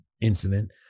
incident